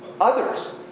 others